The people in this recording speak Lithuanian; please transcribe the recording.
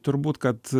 turbūt kad